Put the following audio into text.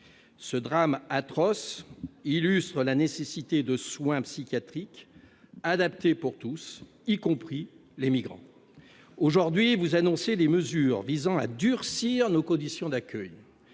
Ce drame atroce illustre la nécessité de soins psychiatriques adaptés pour tous, y compris les migrants. Or aujourd'hui, vous annoncez des mesures visant à durcir les conditions d'accueil